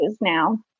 now